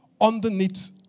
underneath